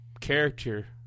character